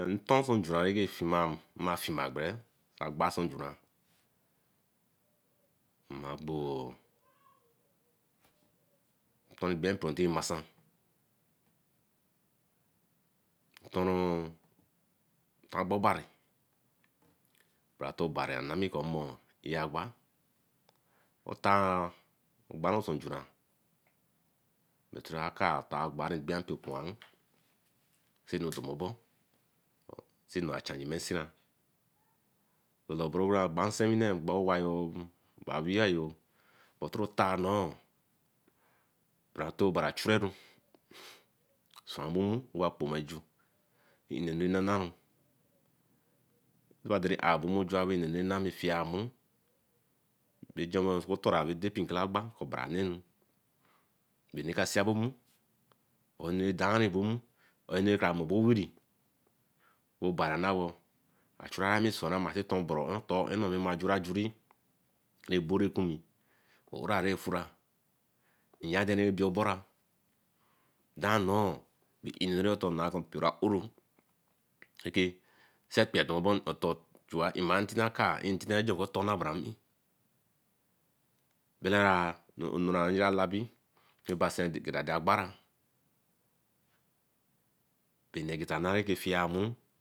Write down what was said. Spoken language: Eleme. Doo ntɔn oso njura nɛbɛ ra agba oso njura mma gbo ntɔn ri ngbia mpio kuru nti mmasa. Ntɔn ru agbã ɔban. bara ntɔn rɔ ɔbarei anami kɔ mmo i-a agba. Otạ agba nnɔɔ oso njura bɛ otoro akaa agba ni gbia mpio kuárũ. Senu dɔmi ɔbɔ. enu avha nyimɛ nsi ra. Lɔ õbɔru aagba nsewinẹ, agba owa yo; awia yo but otoro otaa nnɔɔ bárá ntɔ rɔ oban achurɛru suã ɛbõ nmu wɛ owakpénwe ju. wɛ nnenu rɛ nanaru owa a’ebo mmu ju wi nnɛnu nɛẹ nanarũ efiamuru bɛ juɛ nwɛ oku otor ra wɛ dɛɛ mpikele agba kɔɔ oban ana ẹnũ. Gbere rũ enu rɛ ka-sia ebo mmu. bara enu rɛ dáári ɛbo mmu bara enu nɛ karamɔ ebo owiri. Wẹ obari ana wo?kɔɔ nsi ebo mmu otaa o-e, obɛrɛ o-e wɛ mma ju ra ajuri. Nnɛ ebo rɛ kukũmi. nnɛ nɛ nanami, ɔbɔra rɛ fufura, nyadɛ nebi ɔboraa. Adia nnɔɔ bɛ inew enu ne naa kɔ n’ɔ’tor i-a ntitɛ ajẹ oku otor ra sẹ ekpii atɔmi ɔbor n’ɔtor chua i-ma ntitɛ ajɛ oku otor ra wɛ dɛ mpikele agba. Bɛla nnara nton rẹ gfbia mpio kũarũ ntɛ mmaasa.